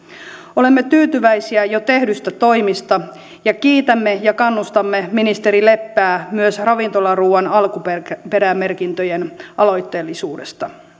olemme tyytyväisiä jo tehdyistä toimista ja kiitämme ja kannustamme ministeri leppää myös ravintolaruuan alkuperämerkinnöissä aloitteellisuuteen